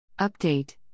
Update